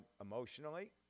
emotionally